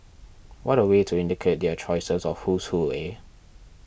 what a way to indicate their choice of who's who eh